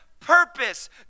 purpose